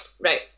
right